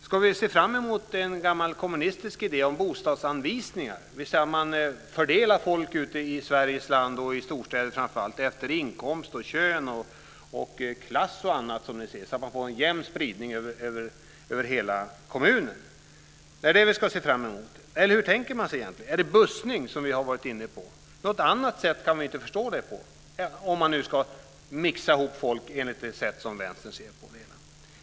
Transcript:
Ska vi se fram emot att man tillämpar en gammal kommunistisk idé, bostadsanvisning? Man fördelar folk i Sveriges land, framför allt i storstäderna, efter inkomst, kön, klass osv. så att det blir en jämn spridning över hela kommunen. Är det vad vi ska se fram emot? Hur tänker man sig det egentligen? Är det bussning, som vi har varit inne på? Jag kan inte förstå det på något annat sätt, om man nu ska mixa folk enligt Vänsterns sätt att se det.